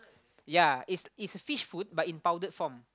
ya it's it's a fish food but in powdered form